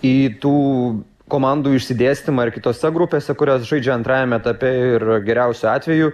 į tų komandų išsidėstymą ir kitose grupėse kurios žaidžia antrajame etape ir geriausiu atveju